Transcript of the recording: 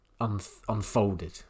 unfolded